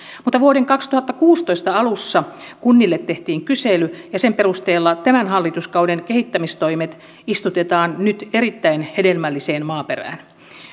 mutta vuoden kaksituhattakuusitoista alussa kunnille tehtiin kysely ja sen perusteella tämän hallituskauden kehittämistoimet istutetaan nyt erittäin hedelmälliseen maaperään